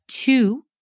two